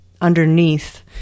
underneath